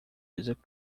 music